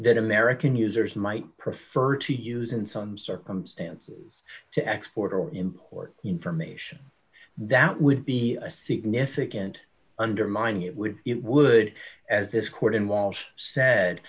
that american users might prefer to use in some circumstances to export or import information that would be a significant undermining it would it would as this court in walsh sa